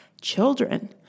children